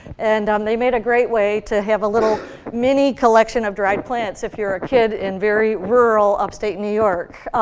and um they made a great way to have a mini collection of dried plants if you're a kid in very rural upstate new york.